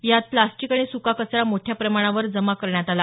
यात प्रॅस्टिक आणि सुका कचरा मोठया प्रमाणावर जमा करण्यात आला